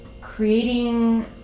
creating